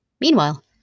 Meanwhile